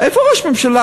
איפה ראש הממשלה,